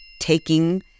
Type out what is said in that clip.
taking